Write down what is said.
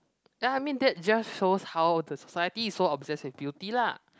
ya I mean that just shows how the society is so obsessed with beauty lah